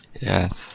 Yes